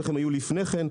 איך הם היו לפני כן.